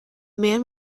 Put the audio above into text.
man